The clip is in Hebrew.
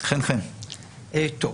רק